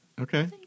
Okay